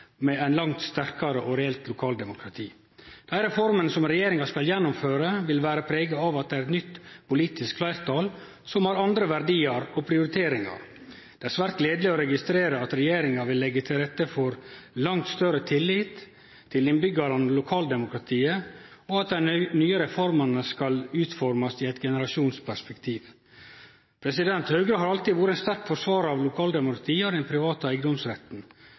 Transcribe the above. med eit langt sterkare og reelt lokaldemokrati. Dei reformene som regjeringa skal gjennomføre, vil vere prega av at det er eit nytt politisk fleirtal, som har andre verdiar og prioriteringar. Det er svært gledeleg å registrere at regjeringa vil leggje til rette for langt større tillit til innbyggjarane og lokaldemokratiet, og at dei nye reformene skal utformast i eit generasjonsperspektiv. Høgre har alltid vore ein sterk forsvarar av lokaldemokratiet og av den private eigedomsretten.